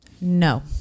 No